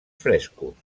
frescos